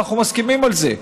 אנחנו מסכימים על זה.